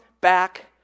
back